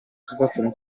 situazione